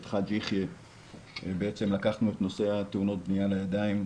חאג' יחיא לקחנו את נושא תאונות הבנייה לידיים,